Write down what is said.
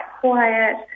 quiet